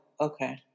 okay